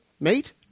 mate